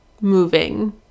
moving